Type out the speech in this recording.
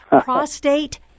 Prostate